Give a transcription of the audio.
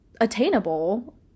attainable